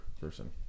person